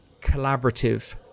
collaborative